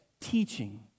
teaching